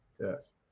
Yes